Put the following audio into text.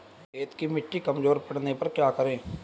खेत की मिटी कमजोर पड़ने पर क्या करें?